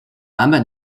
版本